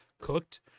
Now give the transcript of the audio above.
cooked